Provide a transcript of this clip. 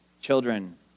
children